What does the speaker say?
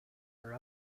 are